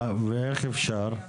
ואיך אפשר?